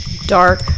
Dark